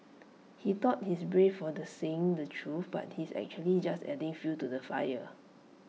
he thought he's brave for the saying the truth but he's actually just adding fuel to the fire